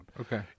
Okay